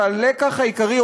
והלקח העיקרי,